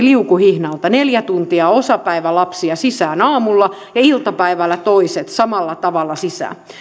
liukuhihnalta neljä tuntia osapäivälapsia sisään aamulla ja iltapäivällä toiset samalla tavalla sisään